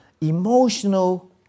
emotional